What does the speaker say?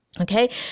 Okay